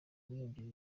uziyongera